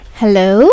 hello